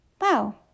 wow